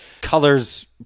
colors